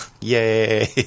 Yay